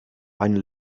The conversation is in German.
eine